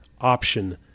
option